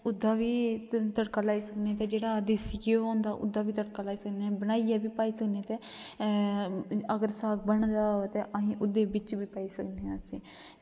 ते ओह्दा बी तड़का लाई सकने ते जेह्ड़ा देसी तेल होंदा ओह्दा बी तड़का लाई सकने ते बनाइयै खाई सकने ते अगर बने दा होऐ ते अस ओह्दे बिच बी पाई सकने इसगी